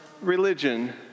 religion